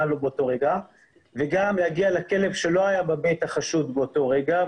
לו באותו רגע וגם להגיע לכלב שלא היה בבית החשוד באותו רגע.